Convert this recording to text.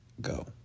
go